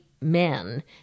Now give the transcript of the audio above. men